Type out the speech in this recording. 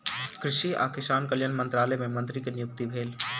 कृषि आ किसान कल्याण मंत्रालय मे मंत्री के नियुक्ति भेल